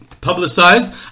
publicized